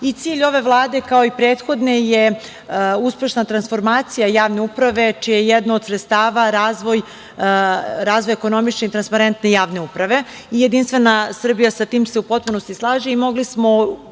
Cilj ove Vlade, kao i prethodne je uspešna transformacija javne uprave čije je jedno od sredstava razvoj ekonomične i transparentne javne uprave. Jedinstvena Srbija sa tim se u potpunosti slaže i mogli smo